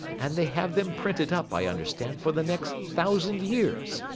and they have them printed up, i understand, for the next thousand years.